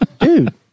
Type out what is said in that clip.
dude